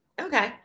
okay